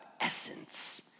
essence